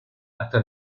hasta